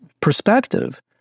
perspective